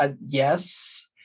yes